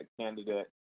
candidate